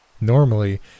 Normally